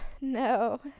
no